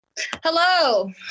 Hello